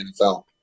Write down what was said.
NFL